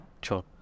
Sure